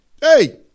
Hey